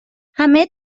همه